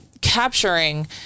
capturing